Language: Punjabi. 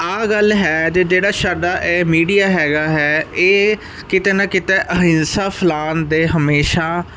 ਆਹ ਗੱਲ ਹੈ ਅਤੇ ਜਿਹੜਾ ਸਾਡਾ ਇਹ ਮੀਡੀਆ ਹੈਗਾ ਹੈ ਇਹ ਕਿਤੇ ਨਾ ਕਿਤੇ ਅਹਿੰਸਾ ਫੈਲਾਨ ਦੇ ਹਮੇਸ਼ਾ